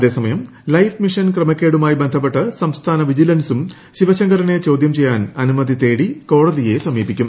അതേസമയം ലൈഫ്മിഷൻ ക്രമ്മക്കേടുമായി ബന്ധപ്പെട്ട് സംസ്ഥാന വിജിലൻസും ശിവശങ്കറിനെ ്ര ച്ചോദ്യം ചെയ്യാൻ അനുമതി തേടി കോടതിയെ സമീപിക്കും